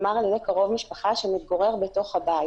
כלומר קרוב משפחה שמתגורר בתוך הבית.